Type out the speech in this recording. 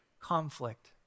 conflict